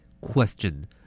Question